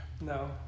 no